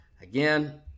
Again